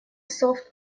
софт